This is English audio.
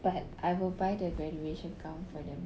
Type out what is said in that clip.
but I will buy the graduation gown for them